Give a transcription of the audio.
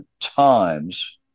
times